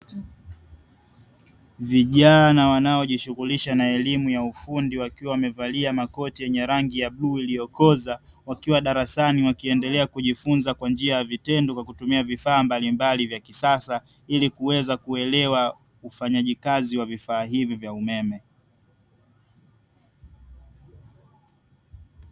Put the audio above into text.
Vijana wanaojishughulisha na elimu ya ufundi wakiwa wamevalia makoti yenye rangi ya bluu iliyokoza, wakiwa darasani wakiendelea kujifunza kwa njia ya vitendo kwa kutumia vifaa mbalimbali vya kisasa, ili kuweza kuelewa ufanyaji kazi wa vifaa hivi vya umeme.